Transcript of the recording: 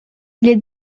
les